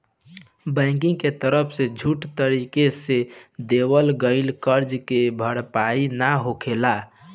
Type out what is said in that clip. bank के तरफ से झूठा तरीका से देवल गईल करजा के भरपाई ना होखेला